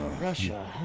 Russia